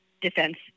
defense